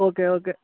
okay okay